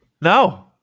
No